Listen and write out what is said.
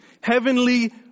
heavenly